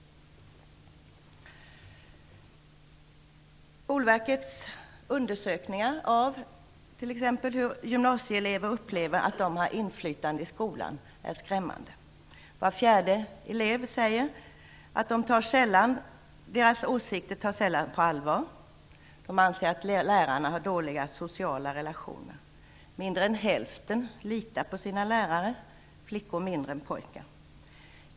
Skolverkets undersökning av t.ex. hur gymnasieelever upplever att de har inflytande i skolan är skrämmande. Var fjärde elev säger att deras åsikter sällan tas på allvar, och de anser att lärarna har dåliga sociala relationer. Mindre än hälften litar på sina lärare - flickor mindre än pojkar.